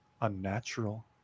unnatural